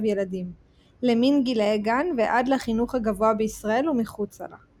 ילדים - למן גילאי גן ועד לחינוך הגבוה בישראל ומחוצה לה.